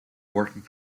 working